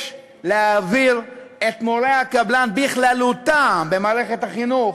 יש להעביר את מורי הקבלן בכללותם, במערכת החינוך,